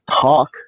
talk